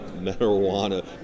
marijuana